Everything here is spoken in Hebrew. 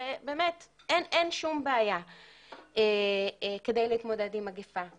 ובאמת אין שום בעיה כדי להתמודד עם מגיפה.